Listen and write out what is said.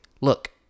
look